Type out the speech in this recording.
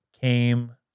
came